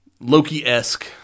Loki-esque